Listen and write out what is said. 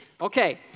Okay